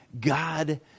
God